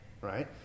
right